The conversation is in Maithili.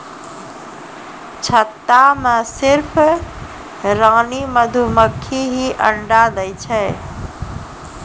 छत्ता मॅ सिर्फ रानी मधुमक्खी हीं अंडा दै छै